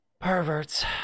perverts